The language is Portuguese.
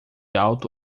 auto